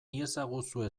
iezaguzue